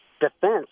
defense